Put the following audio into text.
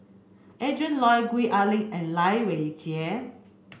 Adrin Loi Gwee Ah Leng and Lai Weijie